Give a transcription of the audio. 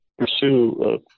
pursue